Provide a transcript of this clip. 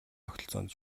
тогтолцоонд